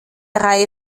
reihe